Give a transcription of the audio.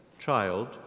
child